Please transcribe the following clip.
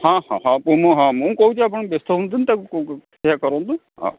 ହଁ ହଁ ହଁ ମୁଁ ହଁ ମୁଁ କହୁଛି ଆପଣ ବ୍ୟସ୍ତ ହୁଅନ୍ତୁନି ତାକୁ ସେଇଆ କରନ୍ତୁ ହଁ